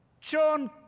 John